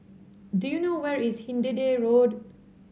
do you know where is Hindhede Road